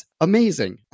amazing